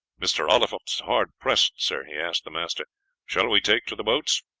mr. oliphant is hard pressed, sir. he asked the master shall we take to the boats?